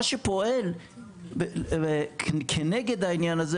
מה שפועל כנגד העניין הזה,